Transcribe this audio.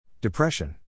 Depression